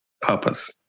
Purpose